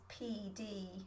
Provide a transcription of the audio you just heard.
pd